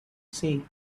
say